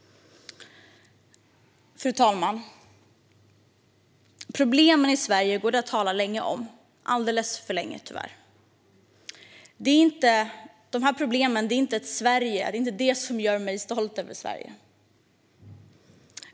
Fru talman! Problemen i Sverige går det att tala länge om - alldeles för länge, tyvärr. Det är inte problemen som gör mig stolt över Sverige.